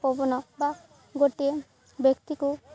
ପବନ ବା ଗୋଟିଏ ବ୍ୟକ୍ତିକୁ